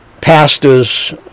Pastors